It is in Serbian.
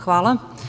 Hvala.